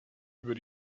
über